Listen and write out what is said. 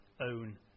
own